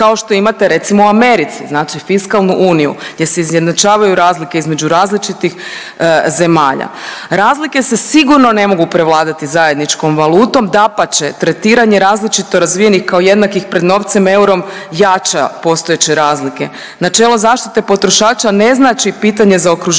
kao što imate recimo u Americi znači fiskalnu uniju gdje se izjednačavaju razlike između različitih zemalja. Razlike se sigurno ne mogu prevladati zajedničkom valutom, dapače tretiranje različito razvijenih kao jednakih pred novcem eurom jača postojeće razlike. Načelo zaštite potrošača ne znači pitanje zaokruživanje